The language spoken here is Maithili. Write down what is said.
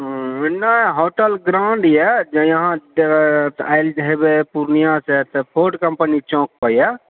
नहि होटल ग्रान्ड यऽ जऽ अहाँ आयल हेबै पूर्णियाँ तऽ फोर्ड कम्पनी चौक पड़े यऽ